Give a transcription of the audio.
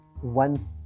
one